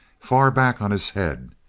far back on his head,